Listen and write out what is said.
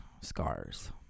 scars